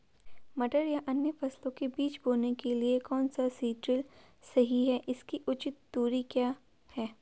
मटर या अन्य फसलों के बीज बोने के लिए कौन सा सीड ड्रील सही है इसकी उचित दूरी क्या है?